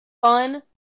fun